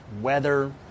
weather